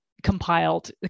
compiled